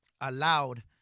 allowed